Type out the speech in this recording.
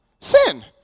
Sin